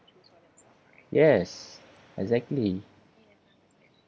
yes exactly